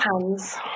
hands